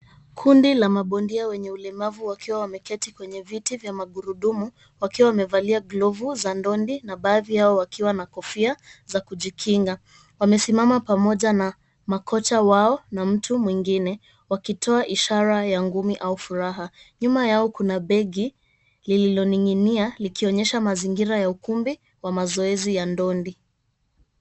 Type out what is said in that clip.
Kundi la mabondia wenye ulemavu wakiwa wameketi kwenye vyeti vya magurudumu, wakiwa wamevalia glovu za ndondi, na baadhi yao wakiwa na kofia za kujikinga. Wamesimama pamoja na makocha wao na mtu mwingine wakitoa ishara ya ngumi au furaha. Nyuma yao kuna begi lililoning'inia, likionyesha mazingira ya ukumbi wa mazoezi ya ndondi.